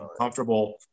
comfortable